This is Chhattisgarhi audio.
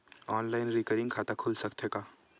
ऑनलाइन रिकरिंग खाता खुल सकथे का?